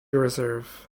reserve